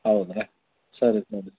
ಹೌದಾ ಸರಿ ಸರಿ